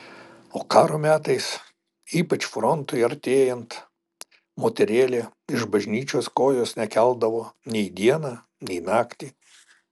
o karo metais ypač frontui artėjant moterėlė iš bažnyčios kojos nekeldavo nei dieną nei naktį